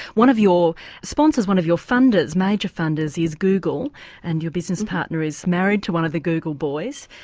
one of your sponsors, one of your funders, major funders is google and your business partner is married to one of the google boys,